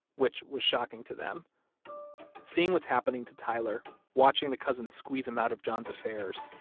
which was shocking to them seeing what's happening to tyler, watching the cousins squeeze him out of john's affairs,